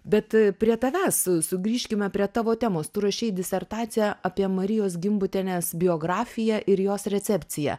bet prie tavęs sugrįžkime prie tavo temos tu rašei disertaciją apie marijos gimbutienės biografiją ir jos recepciją